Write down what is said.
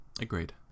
agreed